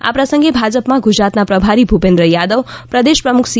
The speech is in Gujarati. આ પ્રસંગે ભાજપ માં ગુજરાત ના પ્રભારી ભૂપેન્દ્ર યાદવ પ્રદેશ પ્રમુખ સી